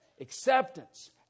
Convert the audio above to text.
acceptance